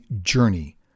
journey